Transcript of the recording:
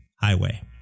highway